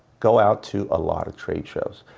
go out to a lot of trade shows.